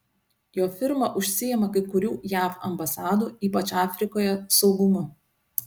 jo firma užsiima kai kurių jav ambasadų ypač afrikoje saugumu